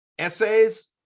essays